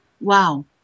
Wow